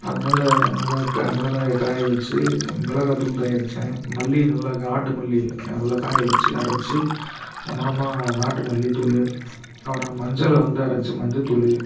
அதனால் நல்ல க மிளகாயை காய வச்சு மிளகாய்த்தூள் தயாரித்தேன் மல்லியை நல்லா நாட்டு மல்லி நல்லா காய வச்சு அரைச்சி மணமாக நாட்டு மல்லித்தூள் அப்புறம் மஞ்சளை வந்து அரைச்சி மஞ்சத்தூள்